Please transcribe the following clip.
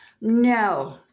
No